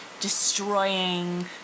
destroying